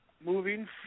Moving